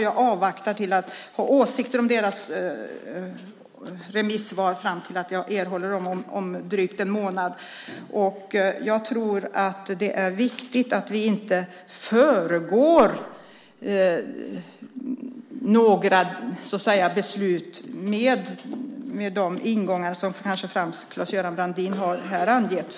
Jag avvaktar med att ha åsikter om deras remissvar fram till att jag erhåller dem om drygt en månad. Jag tror att det är viktigt att vi inte föregår några beslut med de ingångar som kanske främst Claes-Göran Brandin här har angett.